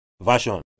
Version